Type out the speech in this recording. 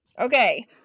Okay